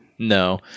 No